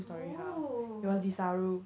ohh